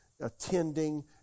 attending